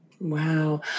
Wow